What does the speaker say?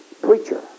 preacher